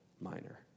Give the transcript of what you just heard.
Minor